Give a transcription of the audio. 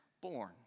born